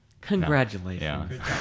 congratulations